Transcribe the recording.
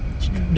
cina